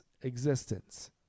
existence